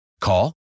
Call